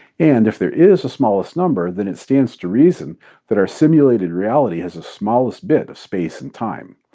and, if there is a smallest number, then it stands to reason that our simulated reality has a smallest bit of space and time.